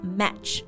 match